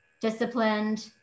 disciplined